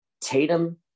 Tatum